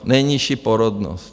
Nejnižší porodnost!